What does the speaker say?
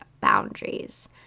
boundaries